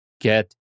get